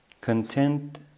content